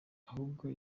ahubwo